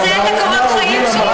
לא, לא, אתה רוצה את תורת החיים שלי?